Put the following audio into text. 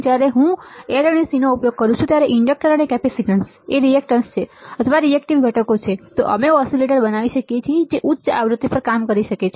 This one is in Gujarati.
જ્યારે હું L અને C નો ઉપયોગ કરું છું ત્યારે ઇન્ડક્ટર અને કેપેસીટન્સ એ રીએક્ટન્સ છે અથવા રીએક્ટિવ ઘટકો છે તો અમે ઓસીલેટર બનાવી કરી શકીએ છીએ જે ઉચ્ચ આવૃતિ પર કામ કરી શકે છે